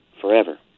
forever